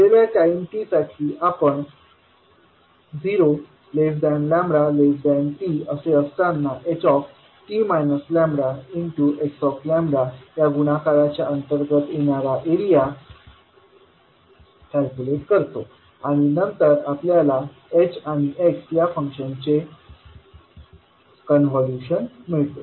दिलेल्या time t साठी आपण 0λt असे असतांना ht λx λ या गुणाकाराच्या अंतर्गत येणारा एरिया कॅलक्युलेट करतो आणि नंतर आपल्याला h आणि x या फंक्शनचे कॉन्व्होल्यूशन मिळते